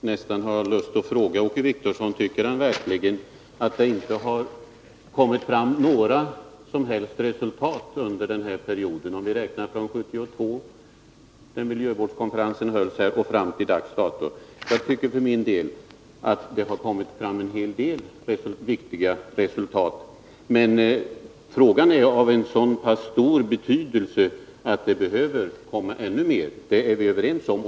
nästan ha lust att fråga Åke Wictorsson: Tycker Åke Wictorsson verkligen att det inte har kommit fram några som helst resultat under den här perioden — om vi räknar från 1972, när miljövårdskonferensen hölls här, och fram till dags dato? Jag tycker för min del att det kommit fram en hel del viktiga resultat, men frågan är av så stor betydelse att det behöver komma ännu mer. Det är vi överens om.